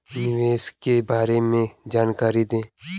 निवेश के बारे में जानकारी दें?